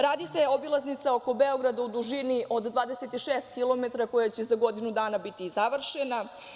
Radi se obilaznica oko Beograda u dužini od 26 kilometra, koja će za godinu dana biti završena.